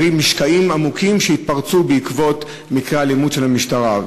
משקעים עמוקים שהתפרצו בעקבות מקרי אלימות של המשטרה.